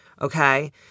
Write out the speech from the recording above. Okay